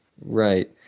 Right